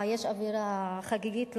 אווירה חגיגית,